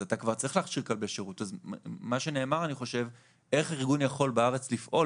אני חושב שמה שנאמר זה איך ארגון בארץ יכול לפעול